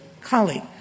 colleague